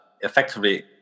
effectively